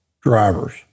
drivers